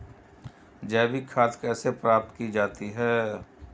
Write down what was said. जैविक खाद कैसे प्राप्त की जाती है?